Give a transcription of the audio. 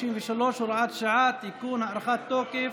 133, הוראת שעה) (תיקון) (הארכת תוקף),